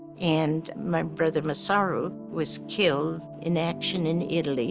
and my brother masaru was killed in action in italy.